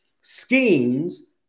schemes